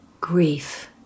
grief